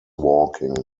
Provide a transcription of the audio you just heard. walking